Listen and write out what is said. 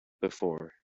before